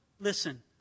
listen